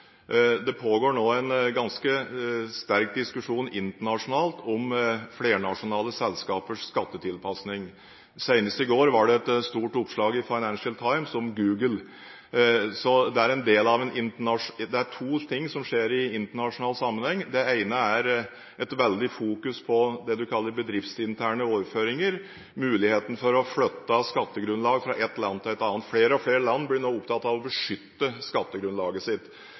Det pågår nå en ganske sterk diskusjon internasjonalt om flernasjonale selskapers skattetilpasning. Senest i går var det et stort oppslag i Financial Times om Apple. Det er to ting som skjer i internasjonal sammenheng. Det ene er fokusering på det du kaller bedriftsinterne overføringer – muligheten for å flytte skattegrunnlag fra et land til et annet. Flere og flere land blir nå opptatt av å beskytte skattegrunnlaget sitt.